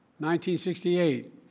1968